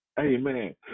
Amen